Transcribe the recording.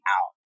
out